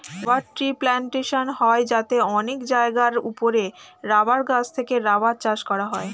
rubber tree plantation হয় যাতে অনেক জায়গার উপরে রাবার গাছ থেকে রাবার চাষ করা হয়